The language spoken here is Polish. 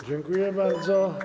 Dziękuję bardzo.